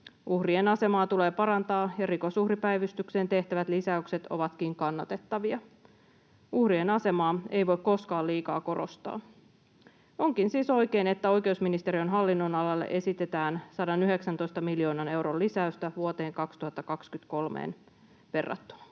Uhrien asemaa tulee parantaa, ja Rikosuhripäivystykseen tehtävät lisäykset ovatkin kannatettavia. Uhrien asemaa ei voi koskaan liikaa korostaa. Onkin siis oikein, että oikeusministeriön hallinnonalalle esitetään 119 miljoonan euron lisäystä vuoteen 2023 verrattuna.